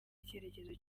icyerekezo